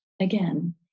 again